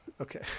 Okay